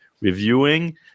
reviewing